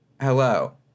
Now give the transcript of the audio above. Hello